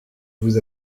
vous